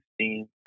seen